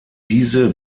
diese